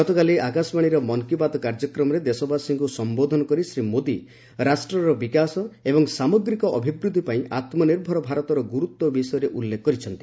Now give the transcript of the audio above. ଗତକାଲି ଆକାଶବାଣୀର ମନ୍ କି ବାତ୍ କାର୍ଯ୍ୟକ୍ରମରେ ଦେଶବାସୀଙ୍କୁ ସମ୍ବୋଧନ କରି ଶ୍ରୀ ମୋଦି ରାଷ୍ଟ୍ରର ବିକାଶ ଏବଂ ସାମଗ୍ରିକ ଅଭିବୃଦ୍ଧି ପାଇଁ ଆମ୍ନିର୍ଭର ଭାରତର ଗୁରୁତ୍ୱ ବିଷୟରେ ଉଲ୍ଲେଖ କରିଛନ୍ତି